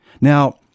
Now